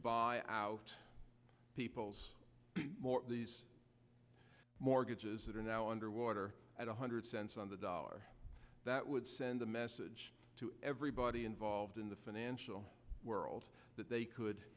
buy out people's mortgages that are now underwater at one hundred cents on the dollar that would send a message to everybody involved in the financial world that they could